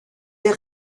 der